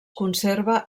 conserva